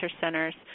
centers